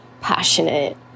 passionate